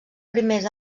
primers